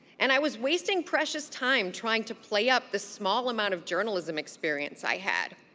and i was wasting precious time trying to play up the small amount of journalism experience i had.